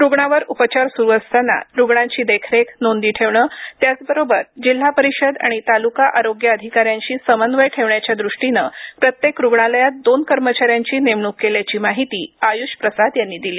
रुग्णावर उपचार सुरू असताना रुग्णांची देखरेख नोंदी ठेवणे त्याचबरोबर जिल्हा परिषद आणि तालुका आरोग्य अधिकाऱ्यांशी समन्वय ठेवण्याच्या द्रष्टीनं प्रत्येक रुग्णालयात दोन कर्मचाऱ्यांची नेमण्क केल्याची माहिती आय्ष प्रसाद यांनी दिली